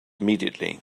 immediately